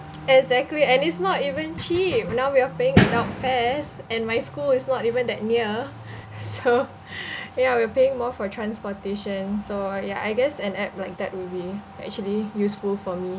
exactly and it's not even cheap now we are paying adult fares and my school is not even that near so ya we're paying more for transportation so yeah I guess an app like that would be actually useful for me